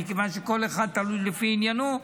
מכיוון שכל אחד תלוי לפי עניינו.